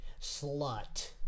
slut